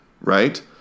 right